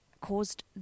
caused